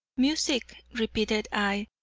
music, repeated i,